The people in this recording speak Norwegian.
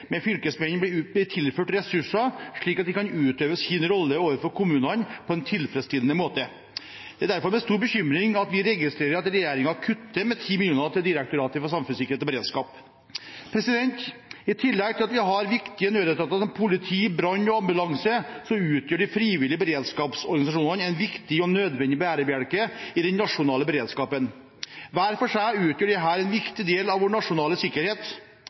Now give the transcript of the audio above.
fylkesmennene blir tilført ressurser slik at de kan utøve sin rolle overfor kommunene på en tilfredsstillende måte. Det er derfor med stor bekymring vi registrerer at regjeringen kutter 10 mill. kr i bevilgningen til Direktoratet for samfunnssikkerhet og beredskap. I tillegg til at vi har viktige nødetater som politi, brann og ambulanse, utgjør de frivillige beredskapsorganisasjonene en viktig og nødvendig bærebjelke i den nasjonale beredskapen. Hver for seg utgjør disse en viktig del av vår nasjonale sikkerhet.